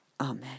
Amen